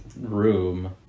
room